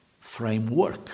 framework